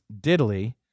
Diddly